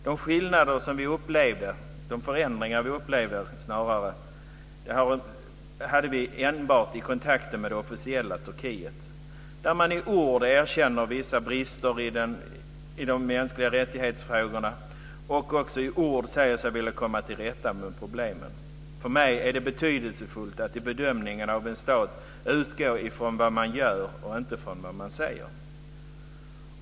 De skillnader, eller snarare förändringar, som vi upplevde gällde enbart i kontakter med det officiella Turkiet där man i ord erkänner vissa brister i frågor om mänskliga rättigheter och också i ord säger sig vilja komma till rätta med problemen. För mig är det betydelsefullt att i bedömningen av en stat utgå från vad man gör och inte från vad man säger.